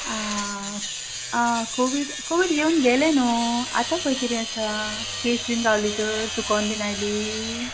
आं आं covid covid येवन गेलें न्हय आतां खंय कितें आसा केस बी गावली तर चुकून बी आयली